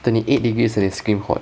twenty eight degrees and you scream hot